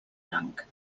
blanc